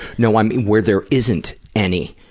no, i mean where there isn't any